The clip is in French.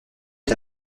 est